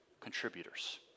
contributors